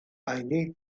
need